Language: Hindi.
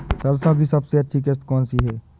सरसो की सबसे अच्छी किश्त कौन सी है?